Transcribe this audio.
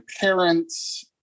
parents